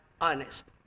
honest